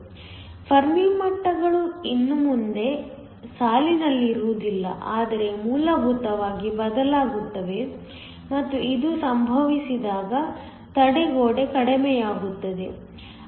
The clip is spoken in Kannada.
ಫೆರ್ಮಿ ಮಟ್ಟಗಳು ಇನ್ನು ಮುಂದೆ ಸಾಲಿನಲ್ಲಿರುವುದಿಲ್ಲ ಆದರೆ ಮೂಲಭೂತವಾಗಿ ಬದಲಾಗುತ್ತವೆ ಮತ್ತು ಇದು ಸಂಭವಿಸಿದಾಗ ತಡೆಗೋಡೆ ಕಡಿಮೆಯಾಗುತ್ತದೆ